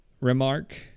Remark